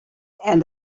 and